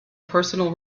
personal